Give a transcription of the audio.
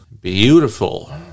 beautiful